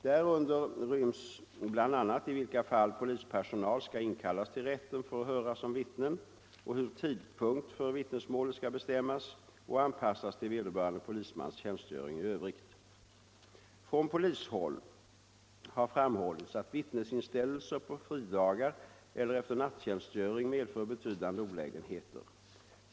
Därunder ryms bl.a. i vilka fall polispersonal skall inkallas till rätten för att höras som vittnen och hur tidpunkt för vittnesmålet skall bestämmas och anpassas till vederbörande polismans tjänstgöring i övrigt. Från polishåll har framhållits att vittnesinställelser på fridagar eller efter nattjänstgöring medför betydande olägenheter.